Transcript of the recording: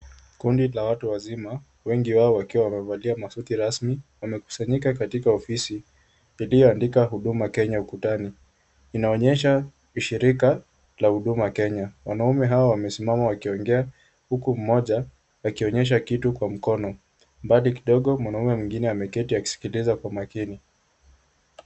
Kundi la watu wazima wengi wao wakiwa wamevalia masuti rasmi wamekusanyika katika ofisi iliyoandikwa Huduma Kenya ukutani. lnaonyesha ni shirika la Huduma Kenya. Wanaume hawa wamesimama wakiongea huku mmoja akionyesha kitu kwa mkono. Mbali kidogo mwanamume mwingine ameketi akisikiliza kwa makini.